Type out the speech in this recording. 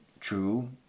true